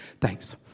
Thanks